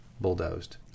bulldozed